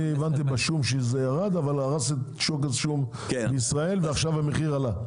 אני הבנתי שזה ירד בשום אבל הרס את שוק השום בישראל ועכשיו המחיר עלה.